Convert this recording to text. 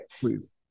please